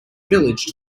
village